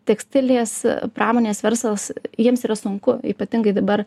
tekstilės pramonės verslas jiems yra sunku ypatingai dabar